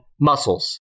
muscles